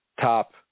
top